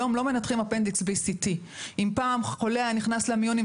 היום לא מנתחים אפנדיקס בלי CT. אם פעם חולה היה נכנס למיון עם